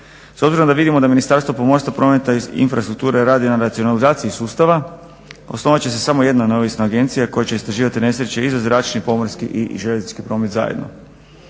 S obzirom da vidimo da Ministarstvo pomorstva, prometa i infrastrukture radi na racionalizaciji sustava osnovat će se samo jedna neovisna agencija koja će istraživati nesreće i za zračni, i pomorski i željeznički promet zajedno.